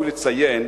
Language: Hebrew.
ראוי לציין